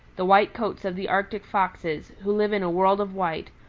the white coats of the arctic foxes, who live in a world of white,